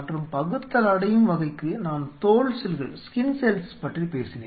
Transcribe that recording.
மற்றும் பகுத்தலடையும் வகைக்கு நான் தோல் செல்கள் பற்றி பேசினேன்